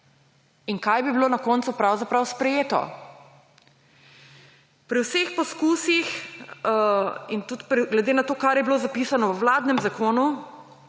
in kaj bi bilo na koncu pravzaprav sprejeto. Pri vseh poskusih in tudi glede na to, kar je bilo zapisano v vladnem zakonu